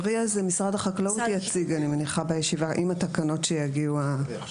את ה-RIA משרד החקלאות יציג עם התקנות הפורמליות שיגיעו.